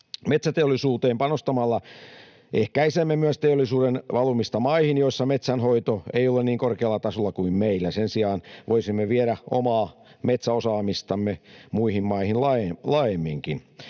Metsäteollisuuteen panostamalla ehkäisemme myös teollisuuden valumista maihin, joissa metsänhoito ei ole niin korkealla tasolla kuin meillä. Sen sijaan voisimme viedä omaa metsäosaamistamme muihin maihin laajemminkin.